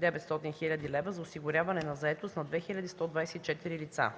900 хил. лв. за осигуряване на заетост на 2124 лица.